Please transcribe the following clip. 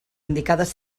indicades